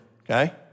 okay